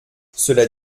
cela